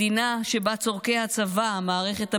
מדינה שבה צורכי הצבא, מערכת הביטחון,